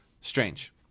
strange